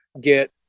get